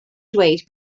dweud